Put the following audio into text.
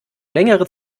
längere